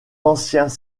anciens